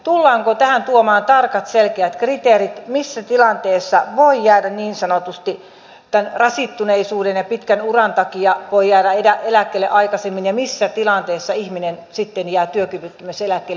tullaanko tähän tuomaan tarkat selkeät kriteerit missä tilanteessa niin sanotusti tämän rasittuneisuuden ja pitkän uran takia voi jäädä eläkkeelle aikaisemmin ja missä tilanteessa ihminen sitten jää työkyvyttömyyseläkkeelle